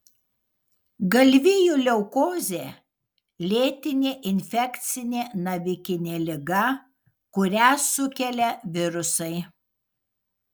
galvijų leukozė lėtinė infekcinė navikinė liga kurią sukelia virusai